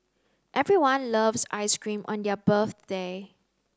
everyone loves ice cream on their birthday